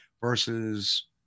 versus